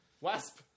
wasp